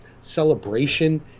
celebration